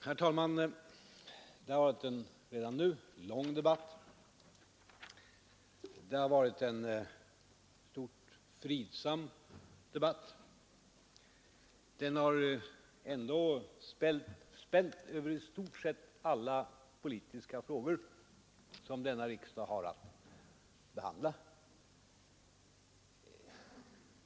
Herr talman! Debatten har redan nu varat länge. Den har i stora drag varit fridsam; den har ändå spänt över i stort sett alla politiska frågor som denna riksdag har att behandla.